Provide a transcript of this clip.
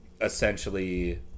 essentially